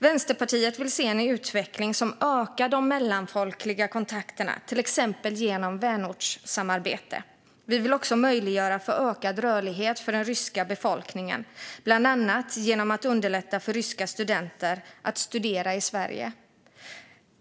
Vänsterpartiet vill se en utveckling som ökar de mellanfolkliga kontakterna, till exempel genom vänortssamarbete. Vi vill också möjliggöra ökad rörlighet för den ryska befolkningen, bland annat genom att underlätta för ryska studenter att studera i Sverige.